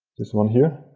this one here.